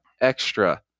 extra